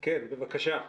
כן, בבקשה.